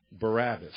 Barabbas